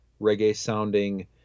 reggae-sounding